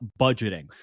budgeting